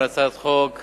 על הצעת חוק נכונה,